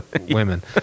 women